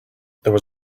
there